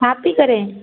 छा थी करें